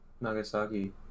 Nagasaki